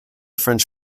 french